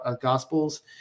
gospels